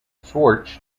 schwarz